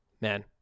man